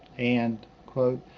and quote,